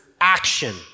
action